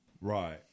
Right